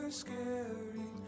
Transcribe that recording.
scary